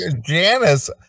Janice